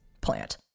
plant